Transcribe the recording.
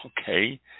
Okay